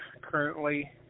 currently